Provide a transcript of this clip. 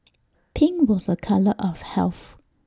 pink was A colour of health